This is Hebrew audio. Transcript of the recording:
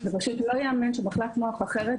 זה פשוט לא ייאמן שמחלת מוח אחרת,